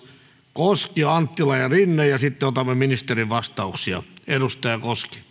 koski anttila ja rinne sitten otamme ministerien vastauksia